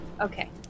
Okay